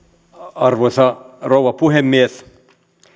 arvoisa rouva puhemies